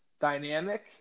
dynamic